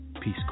Peace